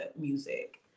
music